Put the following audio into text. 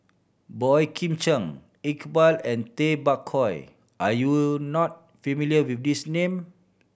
Boey Kim Cheng Iqbal and Tay Bak Koi are you not familiar with these name